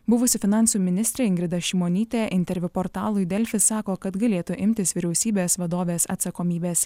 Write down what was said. buvusi finansų ministrė ingrida šimonytė interviu portalui delfi sako kad galėtų imtis vyriausybės vadovės atsakomybės